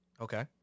Okay